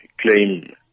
claim